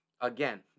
again